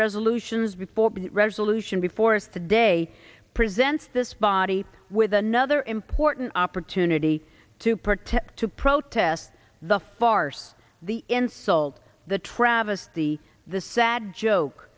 resolutions before resolution before us today presents this body with another important opportunity to protect to protest the farce the insult the travesty the sad joke